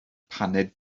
paned